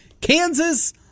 Kansas